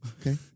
okay